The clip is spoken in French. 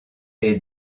est